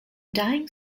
dying